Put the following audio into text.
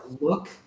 look